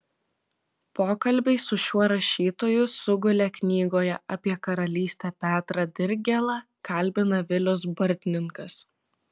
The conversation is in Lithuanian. pokalbiai su šiuo rašytoju sugulė knygoje apie karalystę petrą dirgėlą kalbina vilius bartninkas